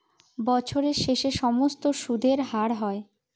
বছরের শেষে সমস্ত সুদের হার হয়